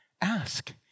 ask